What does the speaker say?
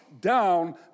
down